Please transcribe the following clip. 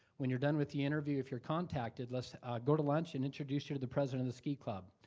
when you're done with the interview, if you're contacted, let's go to lunch and introduce you to the president of the ski club.